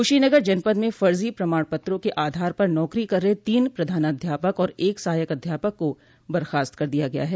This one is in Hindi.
कृशीनगर जनपद में फर्जी प्रमाण पत्रों के आधार पर नौकरी कर रहे तीन प्रधानाध्यापक और एक सहायक अध्यापक को बर्खास्त कर दिया गया है